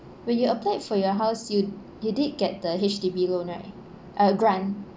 when you applied for your house you you did get the H_D_B loan right uh grant